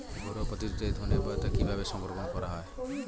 ঘরোয়া পদ্ধতিতে ধনেপাতা কিভাবে সংরক্ষণ করা হয়?